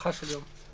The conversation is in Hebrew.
הארכה של יום.